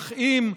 אך אם,